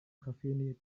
cafe